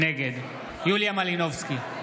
נגד יוליה מלינובסקי,